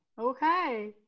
Okay